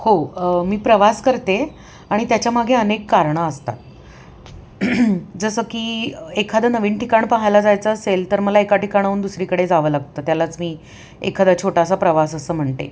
हो मी प्रवास करते आणि त्याच्यामागे अनेक कारणं असतात जसं की एखादं नवीन ठिकाण पाहायला जायचं असेल तर मला एका ठिकाणाहून दुसरीकडे जावं लागतं त्यालाच मी एखादा छोटासा प्रवास असं म्हणते